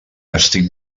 estic